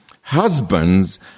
Husbands